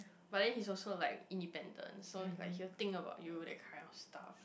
but then he's also like independent so like he will think about you that kind of stuff